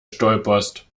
stolperst